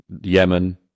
Yemen